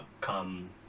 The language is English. come